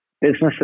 Businesses